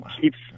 keeps